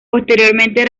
posteriormente